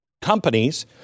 companies